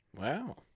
Wow